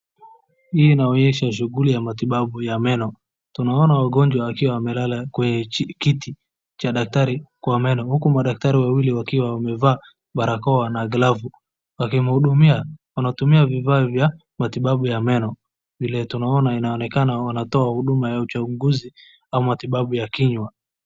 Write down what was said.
Hii inaonyesha shughuli ya matibabu ya meno. Tunaona wagonjwa wakiwa wamelala kwenye kiti cha daktari kwa meno huku madaktari wawili wakiwa wamevaa barakoa na glavu wakimhudumia. Wanatumia vifaa vya matibabu ya meno. Vile tunaona inaonekana wanatoa huduma ya uchunguzu au matibabu ya kinywa.